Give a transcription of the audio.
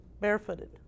barefooted